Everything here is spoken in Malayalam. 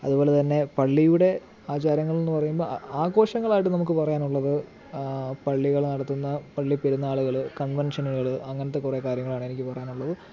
അതുപോലെ തന്നെ പള്ളിയുടെ ആചാരങ്ങളെന്നു പറയുമ്പോൾ അ ആഘോഷങ്ങളായിട്ടു നമുക്ക് പറയാനുള്ളത് പള്ളികൾ നടത്തുന്ന പള്ളി പെരുന്നാളുകൾ കൺവെഷനുകൾ അങ്ങനത്തെ കുറേ കാര്യങ്ങളാണ് എനിക്ക് പറയാനുള്ളത്